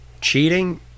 cheating